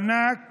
מענק